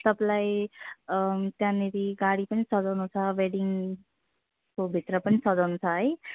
तपाईँलाई त्याँनिर गाडी पनि सजाउनु छ वेडिङको भित्र पनि सजाउनु छ है